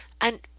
and